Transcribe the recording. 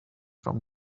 from